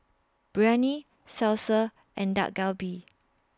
Biryani Salsa and Dak Galbi